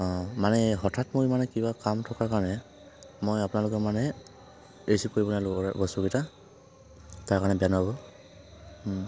মানে হঠাৎ মোৰ মানে কিবা কাম থকাৰ কাৰণে মই আপোনালোকৰ মানে ৰিচিভ কৰিব নোৱাৰিলো বস্তু কেইটা তাৰ কাৰণে বেয়া নাপাব